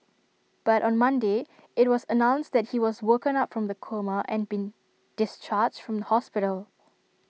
but on Monday IT was announced that he has woken up from the coma and been discharged from hospital